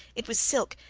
it was silk,